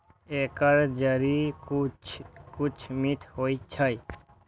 एकर जड़ि किछु किछु मीठ होइ छै